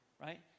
right